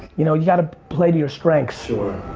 you know you got to play to your strengths. sure.